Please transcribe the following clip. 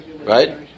Right